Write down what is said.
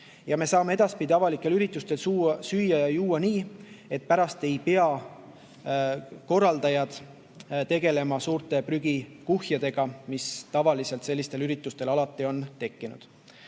Ja me saame edaspidi avalikel üritustel süüa ja juua nii, et pärast ei pea korraldajad tegelema suurte prügikuhjadega, mis tavaliselt sellistel üritustel on tekkinud.